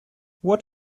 what